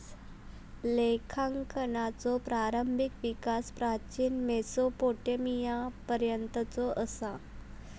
लेखांकनाचो प्रारंभिक विकास प्राचीन मेसोपोटेमियापर्यंतचो असा